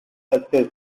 success